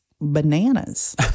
bananas